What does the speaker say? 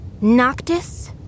Noctis